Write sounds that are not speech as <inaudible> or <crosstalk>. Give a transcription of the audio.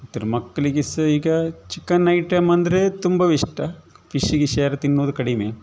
<unintelligible> ಮಕ್ಳಿಗೆ ಸಹ ಈಗ ಚಿಕನ್ ಐಟಮ್ ಅಂದರೆ ತುಂಬಇಷ್ಟ ಫಿಶ್ ಗಿಶ್ ಯಾರು ತಿನ್ನೊದು ಕಡಿಮೆ